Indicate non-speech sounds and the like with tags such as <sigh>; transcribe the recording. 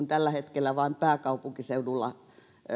<unintelligible> tällä hetkellä vain pääkaupunkiseudulla